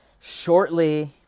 shortly